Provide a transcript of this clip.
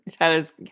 Tyler's